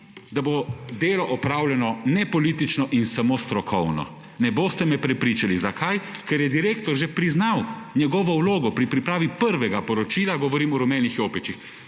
da bo delo opravljeno nepolitično in samo strokovno. Ne boste me prepričali. Zakaj? Ker je direktor že priznal njegovo vlogo pri pripravi prvega poročila, govorim o rumenih jopičih.